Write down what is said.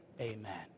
amen